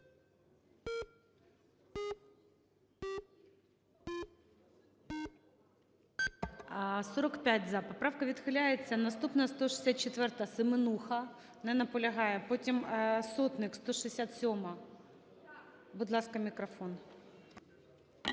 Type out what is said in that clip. За-45 Поправка відхиляється. Наступна – 164-а,Семенуха. Не наполягає. Потім – Сотник, 167-а. Будь ласка, мікрофон.